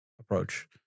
approach